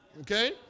okay